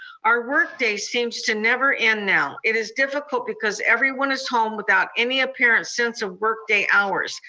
our work day seems to never end now. it is difficult, because everyone is home without any apparent sense of workday hours.